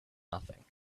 nothing